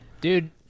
Dude